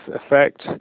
effect